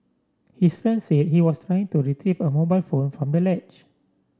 his friend said he was trying to retrieve a mobile phone from the ledge